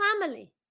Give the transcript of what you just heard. family